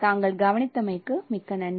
தாங்கள் கவனித்தமைக்கு மிக்க நன்றி